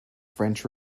french